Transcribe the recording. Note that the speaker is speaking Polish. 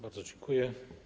Bardzo dziękuję.